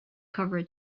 cover